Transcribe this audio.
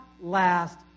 last